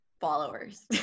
followers